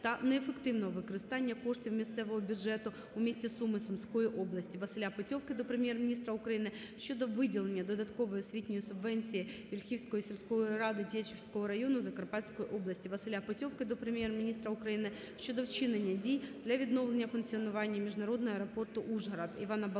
та неефективного використання коштів місцевого бюджету у місті Суми, Сумської області. Василя Петьовки до Прем'єр-міністра України щодо виділення додаткової освітньої субвенції Вільхівської сільської ради Тячівського району Закарпатської області. Василя Петьовки до Прем'єр-міністра України щодо вчинення дій для відновлення функціонування Міжнародного аеропорту Ужгород.